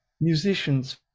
musicians